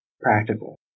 practical